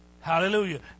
Hallelujah